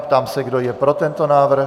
Ptám se, kdo je pro tento návrh.